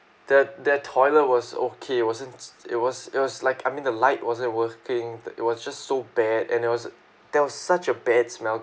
their their toilet was okay it wasn't it was it was like I mean the light wasn't working that it was just so bad and there was there was such a bad smell